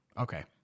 Okay